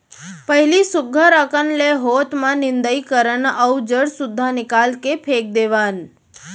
पहिली सुग्घर अकन ले हाते म निंदई करन अउ जर सुद्धा निकाल के फेक देवन